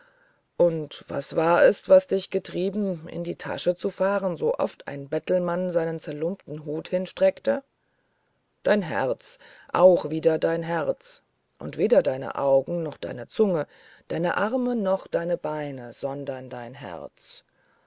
und was war es das dich getrieben in die tasche zu fahren sooft ein bettelmann seinen zerlumpten hut hinstreckte dein herz auch wieder dein herz und weder deine augen noch deine zunge deine arme noch deine beine sondern dein herz